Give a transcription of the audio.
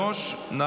3), התשפ"ד,2024.